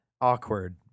awkward